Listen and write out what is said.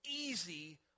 easy